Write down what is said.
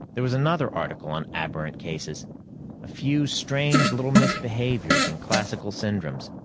there was another article on aberrant cases a few strange little misbehaviors in classical syndromes.